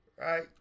right